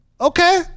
okay